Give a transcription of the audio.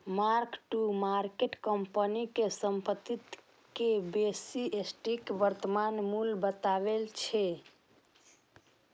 mark to market company के संपत्ति के बेसी सटीक वर्तमान मूल्य बतबै छै